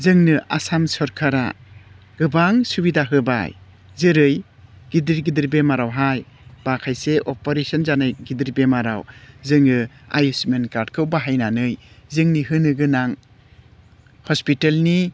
जोंनो आसाम सरकारा गोबां सुबिदा होबाय जेरै गिदिर गिदिर बेमारावहाय बा खायसे अपारेशन जानाय गिदिर बेमाराव जोङो आयुस्मान कार्दखौ बाहायनानै जोंनि होनो गोनां हस्पितालनि